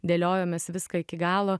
dėliojomės viską iki galo